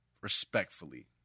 respectfully